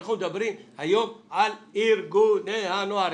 אנחנו מדברים היום על ארגוני הנוער.